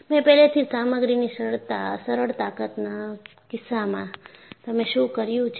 મેં પહેલેથી જ સામગ્રીની સરળ તાકતના કિસ્સામાં તમે શું કર્યું છે